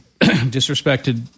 disrespected